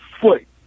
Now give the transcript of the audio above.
foot